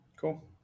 Cool